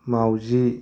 मावजि